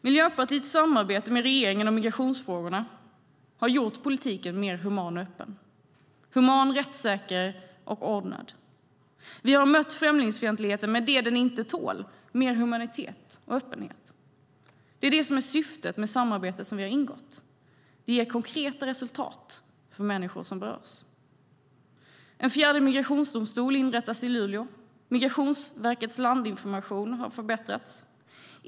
Miljöpartiets samarbete med regeringen om migrationsfrågorna har gjort politiken mer human och öppen - human, rättssäker och ordnad. Vi har mött främlingsfientligheten med det den inte tål - mer humanitet och öppenhet. Det är det som är syftet med det samarbete vi har ingått. Det ger konkreta resultat för de människor som berörs. En fjärde migrationsdomstol inrättas i Luleå. Migrationsverkets landinformation har förbättrats.